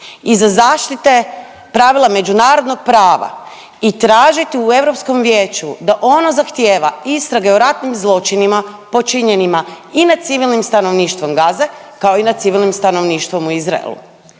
iza zaštite pravila međunarodnog prava i tražiti u Europskom vijeću da ono zahtjeva istrage o ratnim zločinima počinjenima i nad civilnim stanovništvom Gaze kao i na civilnim stanovništvom u Izraelu.